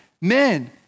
men